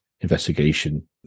investigation